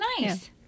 nice